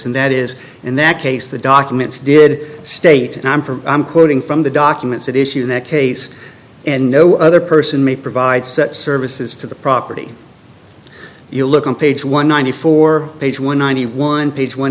and that is in that case the documents did state and i'm from i'm quoting from the documents at issue in that case and no other person may provide such services to the property if you look on page one ninety four page one ninety one page one